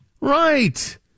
Right